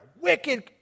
wicked